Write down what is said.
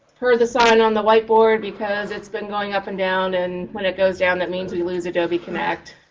per the sign on the whiteboard, because it's been going up and down. and when it goes down, that means we lose adobe connect.